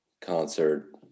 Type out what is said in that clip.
concert